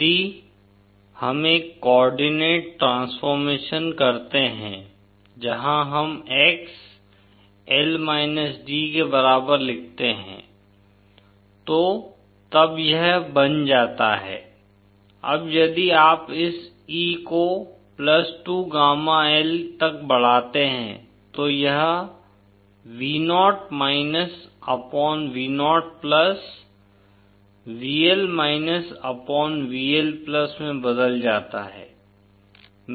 यदि हम एक कोआर्डिनेट ट्रांसफॉर्मेशन करते हैं जहाँ हम X L d के बराबर लिखते हैं तो तब यह बन जाता है अब यदि आप इस E को 2gama L तक बढ़ाते हैं तो यह Vo upon Vo VL upon VL में बदल जाता है